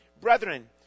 Brethren